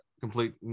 complete